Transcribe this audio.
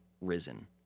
risen